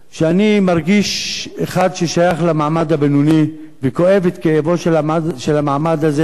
שאני מרגיש שייך למעמד הבינוני וכואב את כאבו של המעמד הזה,